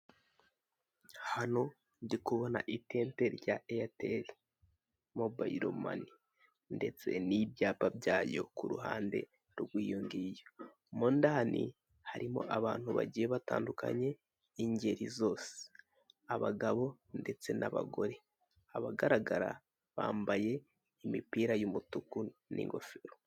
Hano ndi kubona itente rya eyateri, mobayiromane ndetse n'ibyapa byayo iyo ku ruhande rw'iyo ngiyo, mo ndani harimo abantu bagiye batandukanye ingeri zose. Abagabo ndetse n'abagore abagaragara bambaye imipira y'umutuku n'ingofero.